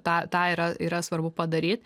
tą tą yra yra svarbu padaryt